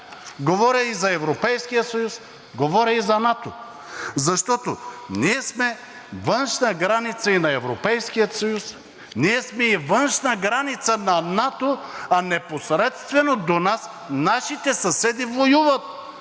Говоря и за Европейския съюз, говоря и за НАТО, защото ние сме външна граница и на Европейския съюз, ние сме външна граница и на НАТО, а непосредствено до нас нашите съседи воюват.